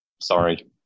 Sorry